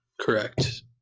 correct